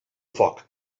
foc